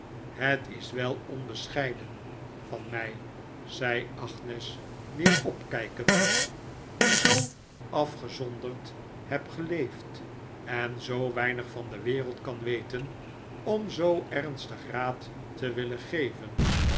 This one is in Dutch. het is wel onbescheiden van mij zei apnes weer ppkijkend die zoo afgezonderd heb geleefd en zoo weinig van de wereld kan weten om zoo ernstig raad te willen geven